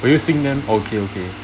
will you sing them okay okay